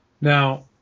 Now